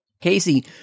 Casey